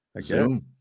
Zoom